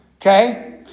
Okay